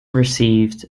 received